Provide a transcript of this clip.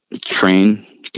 train